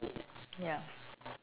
ya